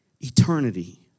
Eternity